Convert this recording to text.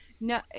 No